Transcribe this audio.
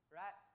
right